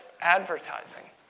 advertising